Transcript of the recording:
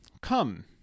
Come